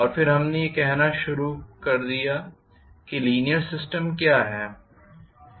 और फिर हमने यह बात करना शुरू किया कि लीनीयर सिस्टम क्या है